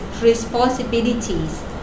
responsibilities